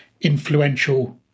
influential